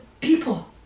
people